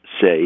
say